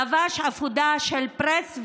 לבש אפודה של Press,